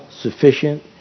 sufficient